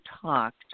talked